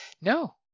No